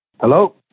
Hello